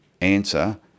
answer